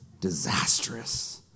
disastrous